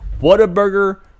Whataburger